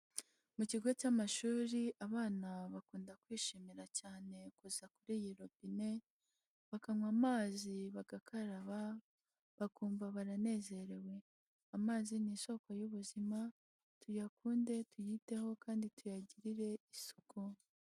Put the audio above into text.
Mu kigo cy'amashuri abana bakunda kwishimira cyane, gusa kuri iyi robine bakanywa amazi bagakaraba bakumva baranezerewe. Amazi ni isoko y'ubuzima tuyakunde tuyiteho kandi tuyagirire isuku.